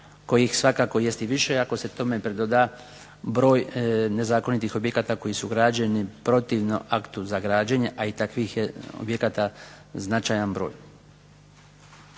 kojih svakako jest i više ako se tome pridoda broj nezakonitih objekata koji su građeni protivno aktu za građenje a i takvih je objekata značajan broj.